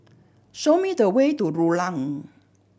show me the way to Rulang